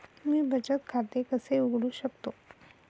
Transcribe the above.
मी बचत खाते कसे उघडू शकतो?